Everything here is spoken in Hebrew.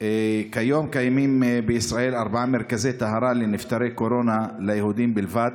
כיום קיימים בישראל ארבעה מרכזי טהרה לנפטרי קורונה ליהודים בלבד.